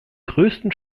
größten